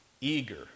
eager